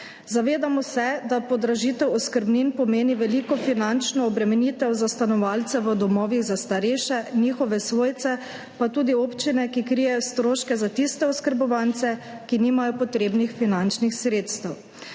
Zavedamo se, da podražitev oskrbnin pomeni veliko finančno obremenitev za stanovalce v domovih za starejše, njihove svojce pa tudi za občine, ki krijejo stroške za tiste oskrbovance, ki nimajo potrebnih finančnih sredstev.